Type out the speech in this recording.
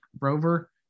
rover